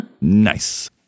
Nice